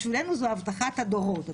בשבילנו זו הבטחת הדורות.